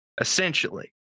essentially